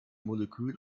molekül